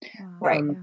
Right